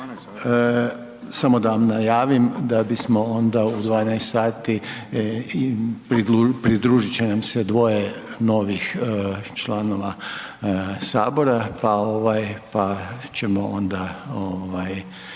samo da vam najavim da bismo onda u 12 pridružit će nam se dvoje novih članova sabora, pa ovaj,